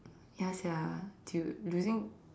ya sia dude do you think